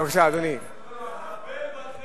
אני קורא אותך לסדר פעם ראשונה.